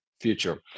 future